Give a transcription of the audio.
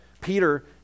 Peter